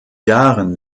jahren